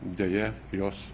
deja jos